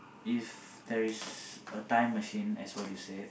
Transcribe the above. if there is a time machine as what you said